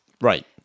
Right